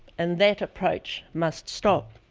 and that approach must stop.